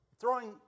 throwing